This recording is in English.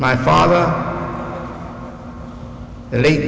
my father and they